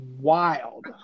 wild